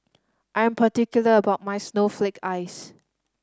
I am particular about my snowflake ice